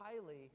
highly